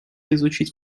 изучить